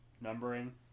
numbering